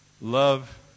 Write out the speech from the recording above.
love